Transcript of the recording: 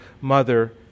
mother